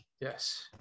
Yes